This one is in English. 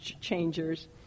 changers